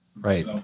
right